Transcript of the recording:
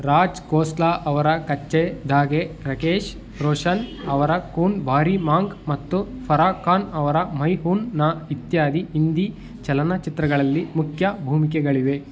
ರಾಜ್ ಖೋಸ್ಲಾ ಅವರ ಕಚ್ಚೆ ಧಾಗೆ ರಾಕೇಶ್ ರೋಷನ್ ಅವರ ಖೂನ್ ಭರಿ ಮಾಂಗ್ ಮತ್ತು ಫರಾಖಾನ್ ಅವರ ಮೈ ಹೂಂ ನಾ ಇತ್ಯಾದಿ ಹಿಂದಿ ಚಲನಚಿತ್ರಗಳಲ್ಲಿ ಮುಖ್ಯ ಭೂಮಿಕೆಗಳಿವೆ